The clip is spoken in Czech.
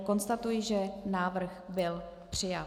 Konstatuji, že návrh byl přijat.